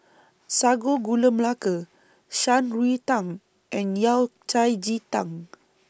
Sago Gula Melaka Shan Rui Tang and Yao Cai Ji Tang